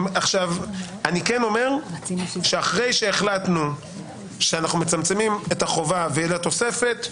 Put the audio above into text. אני כן אומר שאחרי שהחלטנו שמצמצמים את החובה ואת התוספת,